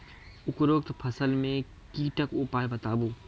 उपरोक्त फसल मे कीटक उपाय बताऊ?